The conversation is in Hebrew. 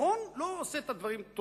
העיקרון לא עושה את הדברים טובים.